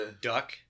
Duck